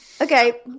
Okay